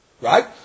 Right